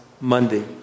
Monday